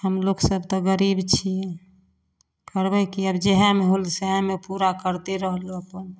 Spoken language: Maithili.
हमलोक सब तऽ गरीब छी करबै कि आब जएहमे होल सएहमे पूरा करिते रहलहुँ अपन